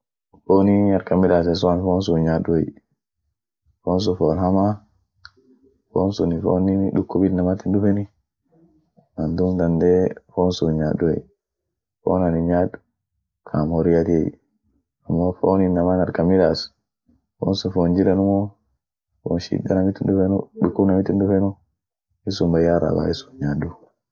Foonii harkan midasen sun an foon sun hin' nyaaduey, foon sun foon hamaa, foon sun fooninii dukub innamatini dufeni, an duum dandee foon sun hin' nyaaduey, foon anin nyaad, kaam horiatiey, amo foon inaman harkan midas, foon sun foon jirenimu, foon shida namitin dufenu, dukub namitin dufenu, issun baya iraba isun hin nyaadu.